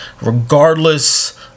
regardless